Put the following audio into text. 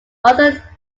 other